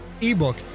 ebook